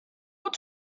what